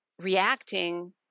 reacting